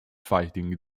fighting